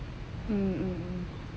mmhmm